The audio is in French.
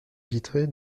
vitrée